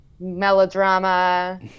melodrama